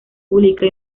publica